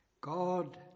God